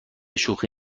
شوخی